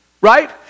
Right